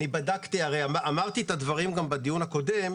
הרי אמרתי את הדברים גם בדיון הקודם,